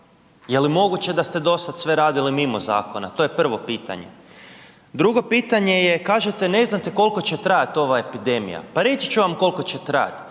Je li moguće da ste dosad sve radili mimo zakona? To je prvo pitanje. Drugo pitanje je, kažete, ne znate koliko će trajati ova epidemija. Pa reći ću vam koliko će trajati.